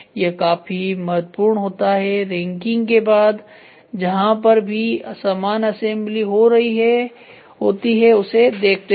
यह काफी महत्वपूर्ण होता है रैंकिंग के बाद जहां पर भी सामान असेंबली हो रही होती है उसे देखते हैं